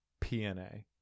pna